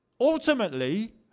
ultimately